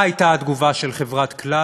מה הייתה התגובה של חברת "כלל"?